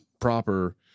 proper